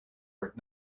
heard